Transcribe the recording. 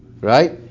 Right